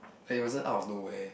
like it wasn't out of nowhere